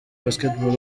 basketball